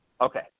Okay